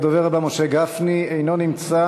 הדובר הבא, משה גפני, אינו נמצא.